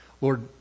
Lord